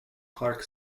clark